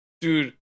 Dude